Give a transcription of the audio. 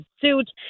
suit